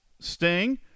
Sting